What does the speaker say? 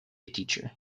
teacher